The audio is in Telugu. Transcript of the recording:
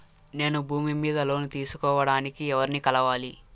నేను భూమి మీద లోను తీసుకోడానికి ఎవర్ని కలవాలి?